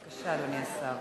בבקשה, אדוני השר.